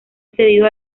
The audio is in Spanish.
cedido